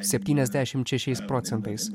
septyniasdešimt šešiais procentais